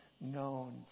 known